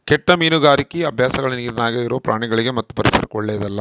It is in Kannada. ಕೆಟ್ಟ ಮೀನುಗಾರಿಕಿ ಅಭ್ಯಾಸಗಳ ನೀರಿನ್ಯಾಗ ಇರೊ ಪ್ರಾಣಿಗಳಿಗಿ ಮತ್ತು ಪರಿಸರಕ್ಕ ಓಳ್ಳೆದಲ್ಲ